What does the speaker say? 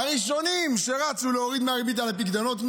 הראשונים שרצו להוריד מהריבית על הפיקדונות,